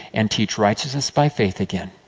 and teach righteousness by faith, again.